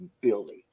Billy